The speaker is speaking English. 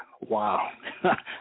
Wow